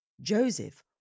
Joseph